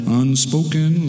unspoken